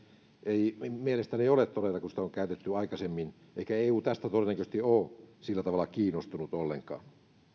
ei mielestäni ole todellakaan koska on käytetty aikaisemmin eikä eu tästä todennäköisesti ole sillä tavalla kiinnostunut ollenkaan